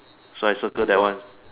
so I circle that one